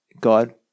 God